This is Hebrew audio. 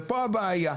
ופה הבעיה.